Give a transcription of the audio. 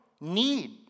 need